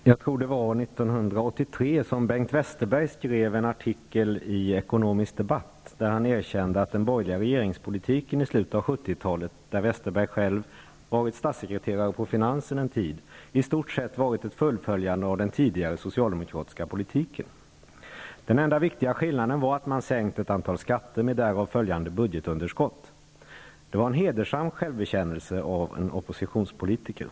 Herr talman! Jag tror att det var 1983 som Bengt Westerberg skrev en artikel i Ekonomisk Debatt där han erkände att den borgerliga regeringspolitiken i slutet av 70-talet -- då Westerberg själv en tid varit statssekreterare på finansen -- i stort sett varit ett fullföljande av den tidigare socialdemokratiska politiken. Den enda viktiga skillnaden var att man sänkt ett antal skatter med därav följande budgetunderskott. Det var en hedersam självbekännelse av en oppositionspolitiker.